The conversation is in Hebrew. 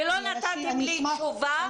ולא נתתם לי תשובה,